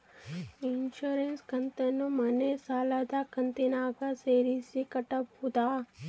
Insurance ಕಂತನ್ನ ಮನೆ ಸಾಲದ ಕಂತಿನಾಗ ಸೇರಿಸಿ ಕಟ್ಟಬೋದ?